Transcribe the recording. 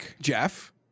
Jeff